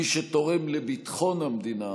מי שתורם לביטחון המדינה